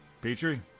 Petrie